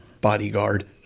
bodyguard